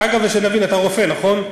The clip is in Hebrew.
אגב, שנבין, אתה רופא, נכון?